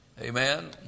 Amen